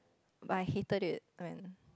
but I hated it when